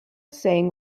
sang